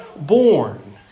born